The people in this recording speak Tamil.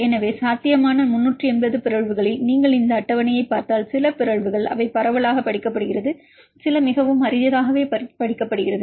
எனவே சாத்தியமான 380 பிறழ்வுகளில் நீங்கள் இந்த அட்டவணையைப் பார்த்தால் சில பிறழ்வுகள் அவை பரவலாகப் படிக்கப்படுகிறது சில மிகவும் அரிதாகவே படிக்கப்படுகிறது